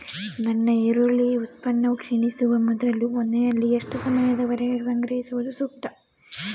ನನ್ನ ಈರುಳ್ಳಿ ಉತ್ಪನ್ನವು ಕ್ಷೇಣಿಸುವ ಮೊದಲು ಮನೆಯಲ್ಲಿ ಎಷ್ಟು ಸಮಯದವರೆಗೆ ಸಂಗ್ರಹಿಸುವುದು ಸೂಕ್ತ?